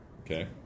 okay